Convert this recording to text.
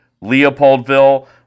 Leopoldville